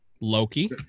Loki